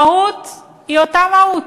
המהות היא אותה מהות,